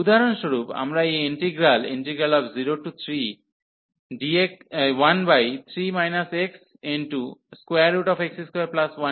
উদাহরণস্বরূপ আমরা এই ইন্টিগ্রাল 03dx3 xx21 এর কনভার্জেন্সটি পরীক্ষা করতে চাই